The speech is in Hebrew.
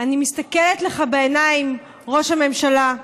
אני מסתכלת לך בעיניים, ראש הממשלה,